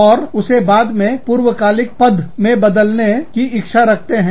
और तक उसे बाद में पूर्वकालिक पद में बदलने की इच्छा रखते हैं